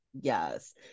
yes